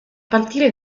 partire